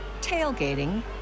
tailgating